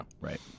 right